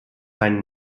seine